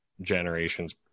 generation's